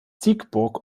siegburg